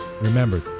remember